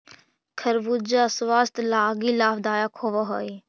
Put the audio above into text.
खरबूजा स्वास्थ्य लागी लाभदायक होब हई